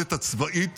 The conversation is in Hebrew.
מהיכולת הצבאית